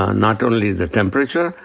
ah not only the temperature,